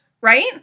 Right